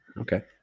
okay